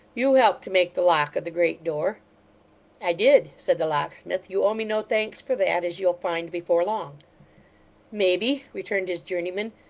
you helped to make the lock of the great door i did said the locksmith. you owe me no thanks for that as you'll find before long maybe, returned his journeyman,